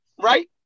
right